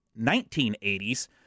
1980s